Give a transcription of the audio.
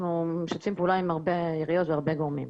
משתפים פעולה עם הרבה עיריות והרבה גורמים.